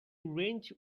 wrench